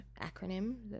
acronym